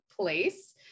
place